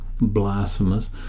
blasphemous